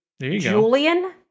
Julian